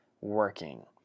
working